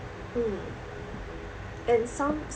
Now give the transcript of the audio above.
mm and some